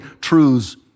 truths